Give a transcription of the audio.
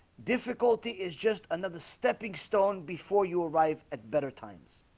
difficulty is just another stepping stone before you arrive at better times